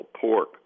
pork